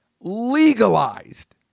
legalized